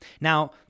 Now